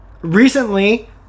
Recently